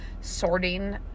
sorting